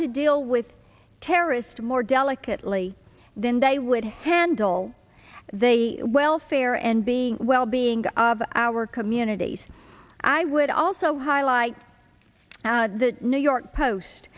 to deal with terrorist more delicately than they would handle the welfare and being wellbeing of our communities i would also highlight the new york post